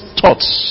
thoughts